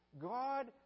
God